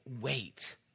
wait